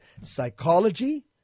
psychology